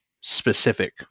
specific